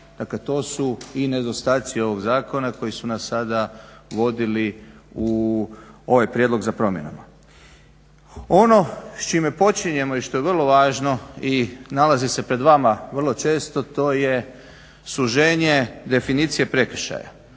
Dakle to su i nedostaci ovog zakona koji su nas sada vodili u ovaj prijedlog za promjenama. Ono s čime počinjemo i što je vrlo važno i nalazi se pred vama vrlo često, to je suženje definicije prekršaja.